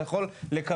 אתה יכול לקבל,